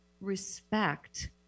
respect